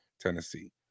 tennessee